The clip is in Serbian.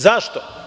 Zašto?